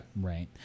Right